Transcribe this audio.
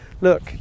look